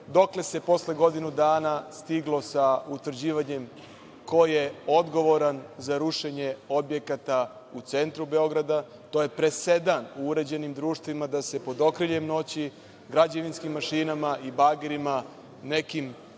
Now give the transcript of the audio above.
dokle se posle godinu dana stiglo sa utvrđivanjem ko je odgovoran za rušenje objekata u centru Beograda? To je presedan u uređenim društvima da se pod okriljem noći građevinskim mašinama i bagerima, nekim